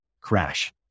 crash